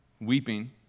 weeping